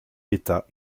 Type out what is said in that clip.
d’état